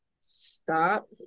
stop